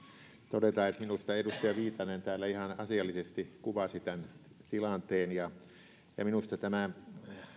todeta että minusta edustaja viitanen täällä ihan asiallisesti kuvasi tämän tilanteen minusta tämä